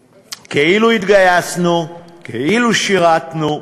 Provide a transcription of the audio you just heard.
"כאילו" כאילו התגייסנו, כאילו שירתנו,